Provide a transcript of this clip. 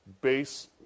base